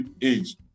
age